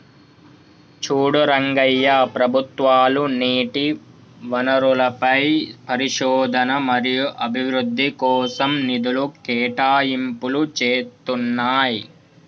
చూడు రంగయ్య ప్రభుత్వాలు నీటి వనరులపై పరిశోధన మరియు అభివృద్ధి కోసం నిధులు కేటాయింపులు చేతున్నాయి